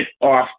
off